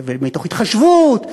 מתוך התחשבות.